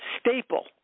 staple